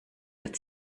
hat